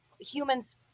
humans